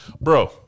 bro